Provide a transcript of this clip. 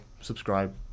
subscribe